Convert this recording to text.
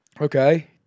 Okay